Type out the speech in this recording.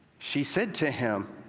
she said to him